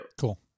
Cool